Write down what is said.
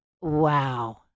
wow